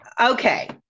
Okay